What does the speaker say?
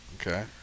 Okay